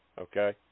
Okay